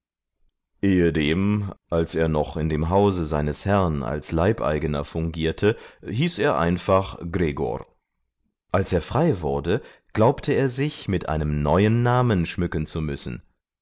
ehedem als er noch in dem hause seines herrn als leibeigener fungierte hieß er einfach gregor als er frei wurde glaubte er sich mit einem neuen namen schmücken zu müssen